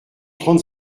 trente